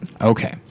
Okay